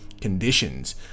conditions